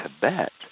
Tibet